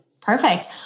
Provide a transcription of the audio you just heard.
Perfect